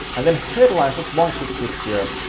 and then headliners, just one quick tip here,